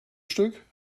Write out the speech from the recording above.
stück